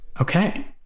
Okay